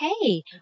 Hey